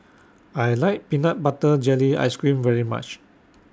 I like Peanut Butter Jelly Ice Cream very much